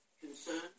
concern